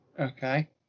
Okay